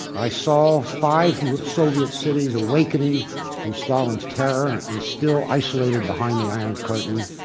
i saw five soviet cities awakening from stalin's terror and still isolated behind the iron curtain.